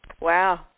Wow